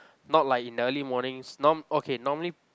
not like in the early mornings non okay normally